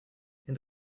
and